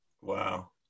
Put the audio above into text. Wow